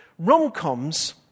Rom-coms